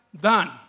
done